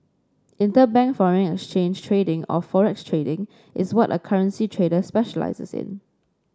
interbank foreign exchange trading or fore x trading is what a currency trader specialises in